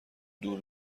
دور